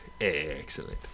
Excellent